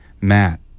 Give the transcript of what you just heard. Matt